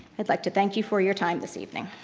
i'd like to thank you for your time this evening.